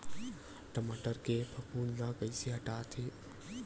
टमाटर के फफूंद ल कइसे हटाथे?